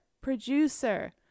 producer